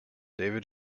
david